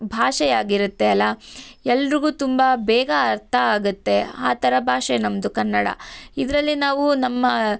ಭಾಷೆ ಆಗಿರುತ್ತೆ ಅಲಾ ಎಲ್ರಿಗೂ ತುಂಬ ಬೇಗ ಅರ್ಥ ಆಗುತ್ತೆ ಆ ಥರ ಭಾಷೆ ನಮ್ಮದು ಕನ್ನಡ ಇದರಲ್ಲಿ ನಾವು ನಮ್ಮ